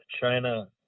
China